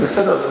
בסדר,